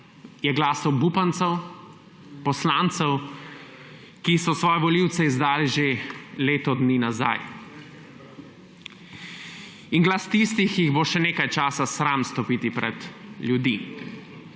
je glas obupancev, poslancev, ki so svoje volivce izdali že leto dni nazaj, in glas tistih, ki jih bo še nekaj časa sram stopiti pred ljudi.